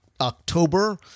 October